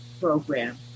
program